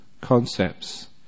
concepts